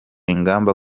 ingamba